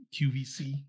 QVC